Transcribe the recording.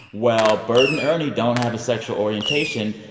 well, bert and ernie don't have a sexual orientation.